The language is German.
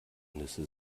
nüsse